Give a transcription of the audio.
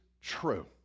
true